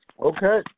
Okay